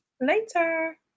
later